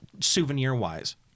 Souvenir-wise